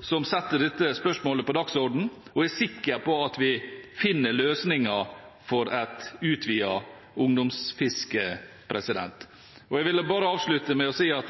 som setter dette spørsmålet på dagsordenen, og jeg er sikker på at vi finner løsninger for et utvidet ungdomsfiske. Jeg vil bare avslutte med å si at